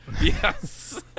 Yes